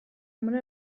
muri